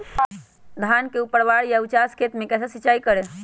धान के ऊपरवार या उचास खेत मे कैसे सिंचाई करें?